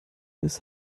des